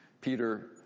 Peter